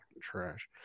trash